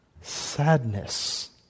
sadness